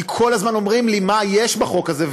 כי כל הזמן אומרים לי: מה יש בחוק הזה,